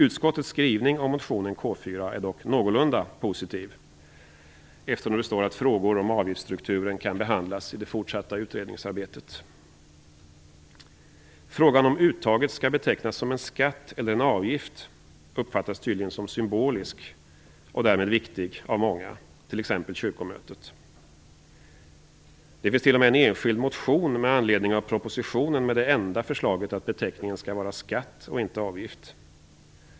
Utskottets skrivning om motion K4 är dock någorlunda positiv, eftersom det står att frågor om avgiftsstrukturen kan behandlas i det fortsatta utredningsarbetet. Frågan om ifall uttaget skall betecknas som en skatt eller en avgift uppfattas tydligen som symbolisk och därmed viktig av många, t.ex. kyrkomötet. Det finns t.o.m. en enskild motion med anledning av propositionen med det enda förslaget att beteckningen skall vara skatt och inte avgift.